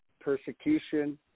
persecution